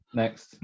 next